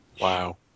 Wow